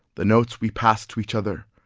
the notes we passed to each other,